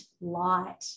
light